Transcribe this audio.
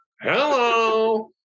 hello